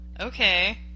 Okay